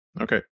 Okay